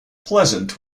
pleasant